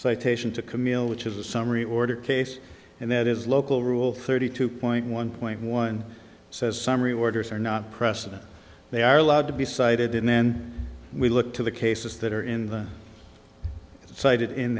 citation to camille which is a summary order case and that is local rule thirty two point one point one says summary workers are not precedent they are allowed to be cited and then we look to the cases that are in the cited in